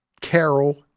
Carol